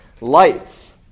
Lights